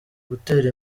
gutera